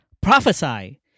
Prophesy